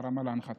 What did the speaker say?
"הרמה להנחתה".